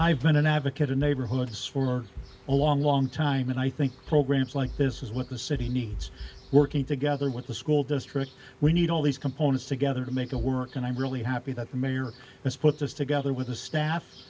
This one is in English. i've been an advocate in neighborhoods for a long long time and i think programs like this is what the city needs working together with the school district we need all these components together to make it work and i'm really happy that the mayor has put this together with the staff